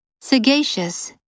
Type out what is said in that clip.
Sagacious